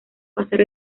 pasar